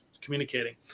communicating